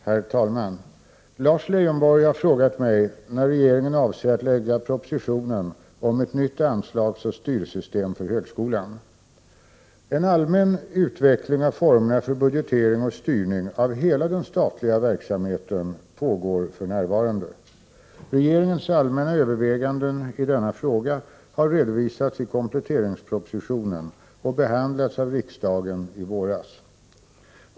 Herr talman! Lars Leijonborg har frågat mig när regeringen avser att lägga propositionen om ett nytt anslagsoch styrsystem för högskolan. En allmän utveckling av formerna för budgetering och styrning av hela den statliga verksamheten pågår för närvarande. Regeringens allmänna överväganden i denna fråga har redovisats i kompletteringspropositionen och behandlats av riksdagen i våras.